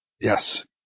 Yes